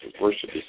Worship